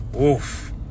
Oof